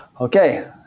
Okay